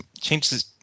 changes